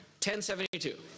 1072